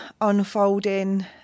unfolding